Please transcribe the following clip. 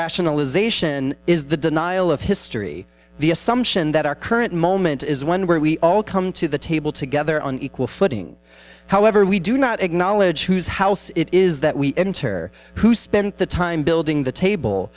rationalization is the denial of history the assumption that our current moment is one where we all come to the table together on equal footing however we do not acknowledge whose house it is that we enter who spent the time building the table